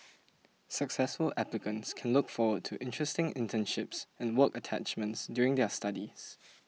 successful applicants can look forward to interesting internships and work attachments during their studies